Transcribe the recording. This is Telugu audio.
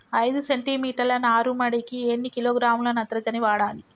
ఐదు సెంటి మీటర్ల నారుమడికి ఎన్ని కిలోగ్రాముల నత్రజని వాడాలి?